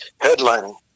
headlining